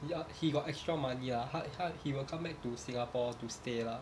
ya he got extra money ah 他他 he will come back to singapore to stay lah